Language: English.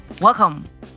Welcome